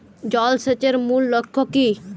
জল সেচের মূল লক্ষ্য কী?